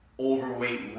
overweight